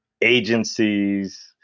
agencies